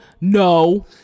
No